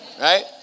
Right